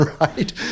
right